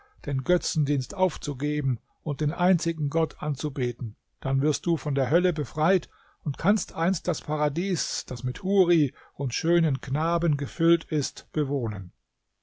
den götzendienst aufzugeben und den einzigen gott anzubeten dann wirst du von der hölle befreit und kannst einst das paradies das mit huri und schönen knaben gefüllt ist bewohnen